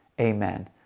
Amen